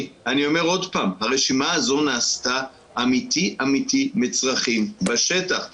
הרשימה הזו נעשתה מצרכים אמיתיים בשטח.